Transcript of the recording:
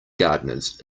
gardeners